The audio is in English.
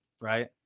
right